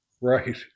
Right